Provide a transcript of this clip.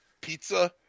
pizza